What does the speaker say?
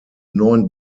neun